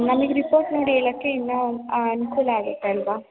ನಮ್ಗೆ ರಿಪೋರ್ಟ್ ನೋಡಿ ಹೇಳಕ್ಕೆ ಇನ್ನೂ ಅನುಕೂಲ ಆಗುತ್ತೆ ಅಲ್ಲವಾ